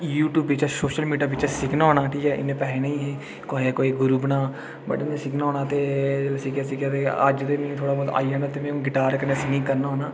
YouTube बिच्चा social media चा सिखदा होंदा ते इन्नै कोई पैसे निं हे की कुसै कोई गुरू बनांऽ बैठे दे सिक्खना होना ते सिखदे सिखदे ते अज्ज ते मिगी थोह्ड़ा बहुत आई जंदा ते में हू'न गिटार कन्नै सिंगिंग करना होना ते